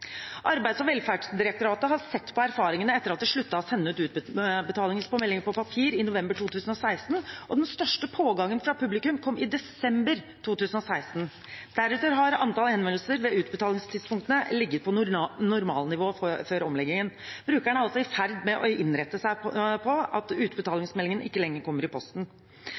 Arbeids- og velferdsdirektoratet har sett på erfaringene etter at de sluttet å sende ut utbetalingsmeldinger på papir i november 2016, og den største pågangen fra publikum kom i desember 2016. Deretter har antallet henvendelser ved utbetalingstidspunktene ligget på normalnivået fra før omleggingen. Brukerne er altså i ferd med å innrette seg på at utbetalingsmeldingen ikke lenger kommer i posten.